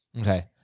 Okay